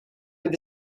with